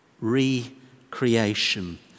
re-creation